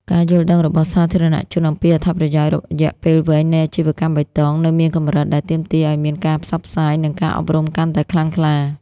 ការយល់ដឹងរបស់សាធារណជនអំពីអត្ថប្រយោជន៍រយៈពេលវែងនៃអាជីវកម្មបៃតង នៅមានកម្រិត ដែលទាមទារឱ្យមានការផ្សព្វផ្សាយ និងការអប់រំកាន់តែខ្លាំងក្លា។